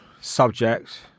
subject